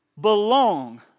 belong